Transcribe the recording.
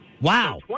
Wow